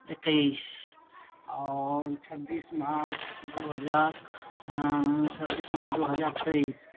एकैस आओर छब्बीस मार्च दू हजार छब्बीस मार्च दू हजार तैइस